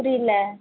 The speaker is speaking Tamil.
புரியல